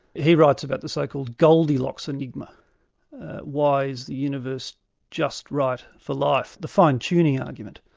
he writes about the so-called goldilocks enigma why is the universe just right for life? the fine-tuning argument,